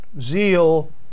zeal